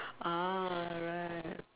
ah right